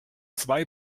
zwei